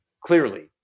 clearly